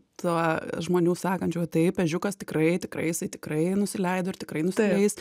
tuo žmonių sakančių va taip ežiukas tikrai tikrai jisai tikrai nusileido ir tikrai nusileis